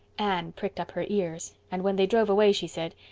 anne pricked up her ears, and when they drove away she said.